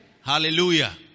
Hallelujah